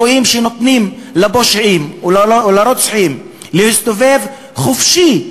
רואים שנותנים לפושעים ולרוצחים להסתובב חופשי,